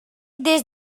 des